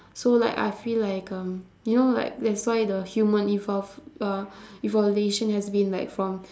so like I feel like um you know like that's why the human evolve uh evolution has been like from